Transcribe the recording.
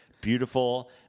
beautiful